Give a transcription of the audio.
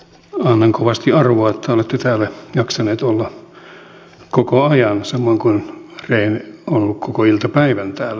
annan kovasti arvoa että olette täällä jaksaneet olla koko ajan samoin kuin rehn on ollut koko iltapäivän täällä